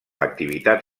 activitat